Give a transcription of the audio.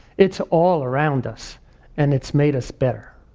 it's all around us and it's made us better.